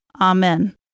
Amen